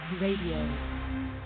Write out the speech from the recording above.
Radio